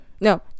no